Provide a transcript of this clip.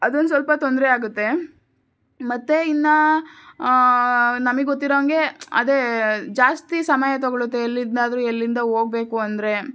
ಅದೊಂದು ಸ್ವಲ್ಪ ತೊಂದರೆ ಆಗುತ್ತೆ ಮತ್ತು ಇನ್ನೂ ನಮಗೆ ಗೊತ್ತಿರೋ ಹಂಗೆ ಅದೇ ಜಾಸ್ತಿ ಸಮಯ ತೊಗೊಳ್ಳತ್ತೆ ಎಲ್ಲಿಂದಾದರೂ ಎಲ್ಲಿಂದ ಹೋಗ್ಬೇಕು ಅಂದರೆ